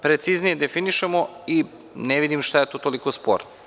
Preciznije definišemo i ne vidim šta je tu toliko sporno.